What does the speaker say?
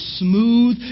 smooth